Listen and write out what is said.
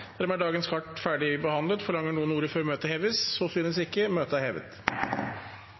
er dagens kart ferdigbehandlet. Forlanger noen ordet før møtet heves? – Så synes ikke, og møtet er hevet.